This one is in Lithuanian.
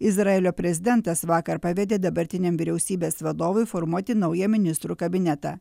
izraelio prezidentas vakar pavedė dabartiniam vyriausybės vadovui formuoti naują ministrų kabinetą